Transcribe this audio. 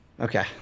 okay